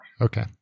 Okay